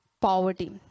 poverty